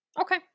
Okay